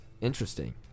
Interesting